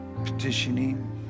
petitioning